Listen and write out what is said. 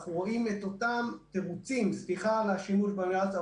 אנחנו רואים את אותם תירוצים סליחה על השימוש במילה הזאת,